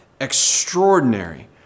extraordinary